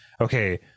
okay